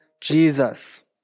Jesus